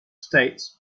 states